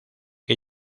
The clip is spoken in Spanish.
que